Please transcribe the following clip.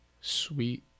sweet